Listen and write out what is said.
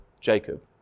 Jacob